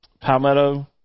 Palmetto